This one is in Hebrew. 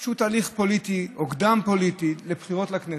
שהוא תהליך פוליטי או קדם-פוליטי לבחירות לכנסת.